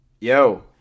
Yo